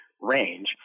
range